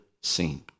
seen